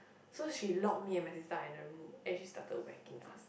so she lock me and my sister under rule and she started wacking us